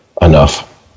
enough